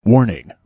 Warning